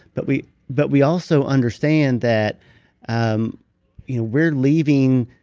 but we but we also understand that um you know we're leaving.